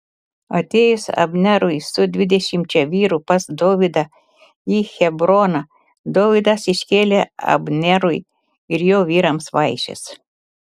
atėjus abnerui su dvidešimčia vyrų pas dovydą į hebroną dovydas iškėlė abnerui ir jo vyrams vaišes